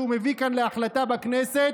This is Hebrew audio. שהוא מביא כאן להחלטה בכנסת,